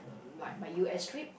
like my U_S trip